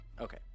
Okay